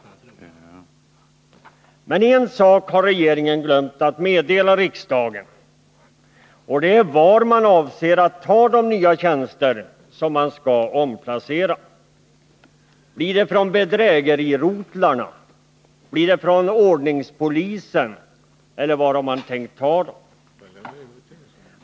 Men en sak har regeringen glömt att meddela riksdagen, och det är var man avser att ta de nya tjänster som man skall omplacera. Blir det från bedrägerirotlarna, blir det från ordningspolisen, eller var har man tänkt ta dem?